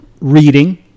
Reading